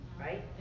Right